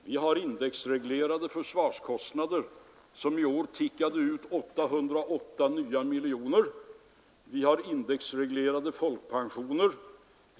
Vi har indexreglerade försvarskostnader, som i år tickade ut 808 nya miljoner, vi har indexreglerade folkpensioner.